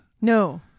No